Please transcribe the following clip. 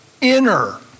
inner